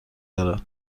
دارد